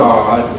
God